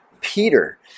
Peter